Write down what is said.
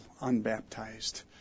unbaptized